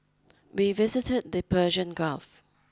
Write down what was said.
we visited the Persian Gulf